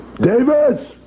Davis